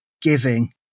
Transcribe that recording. giving